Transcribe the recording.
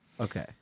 okay